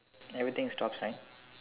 everything stops right